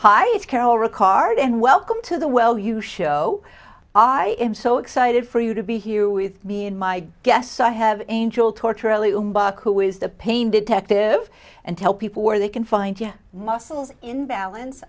piet's carol ricard and welcome to the well you show i am so excited for you to be here with me and my guests i have angel torture who is the pain detective and tell people where they can find you muscles in balance